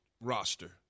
roster